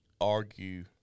argue